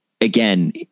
again